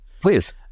please